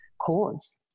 cause